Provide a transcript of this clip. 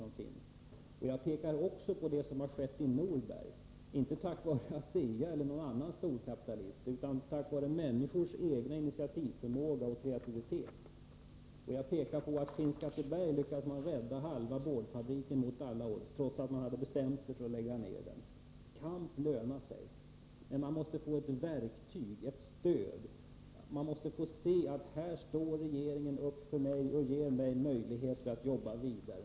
Vidare pekar jag på det som har skett i Norberg — inte tack vare ASEA eller någon annan storkapitalist, utan tack vare de enskilda människornas initiativförmåga och kreativitet. I Skinnskatteberg t.ex. lyckades man mot alla odds rädda halva boardfabriken, trots att det var bestämt att fabriken skulle läggas ned. Kamp lönar sig alltså. Men man måste ha ett verktyg, ett stöd. Människorna måste känna att regeringen ställer upp för just dem och ger dem möjlighet att jobba vidare.